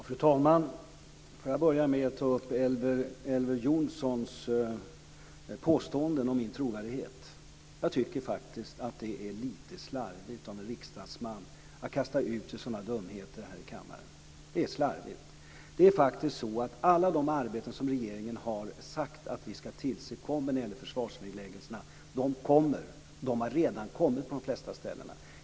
Fru talman! Får jag börja med att ta upp Elver Jonssons påståenden om min trovärdighet. Jag tycker faktiskt att det är lite slarvigt av en riksdagsman att kasta ur sig sådana dumheter här i kammaren. Det är slarvigt. Det är faktiskt så att alla de arbeten som regeringen har sagt att vi ska tillse när det gäller försvarsnedläggelserna kommer. De har redan kommit på de flesta ställen.